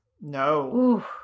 no